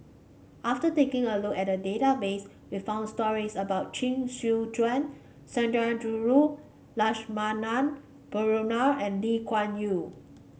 after taking a look at the database we found stories about Chee Soon Juan Sundarajulu Lakshmana Perumal and Lee Kuan Yew